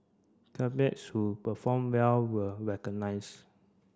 who performed well were recognised